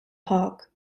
park